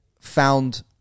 found